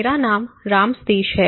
मेरा नाम राम सतीश है